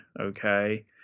Okay